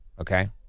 okay